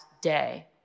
day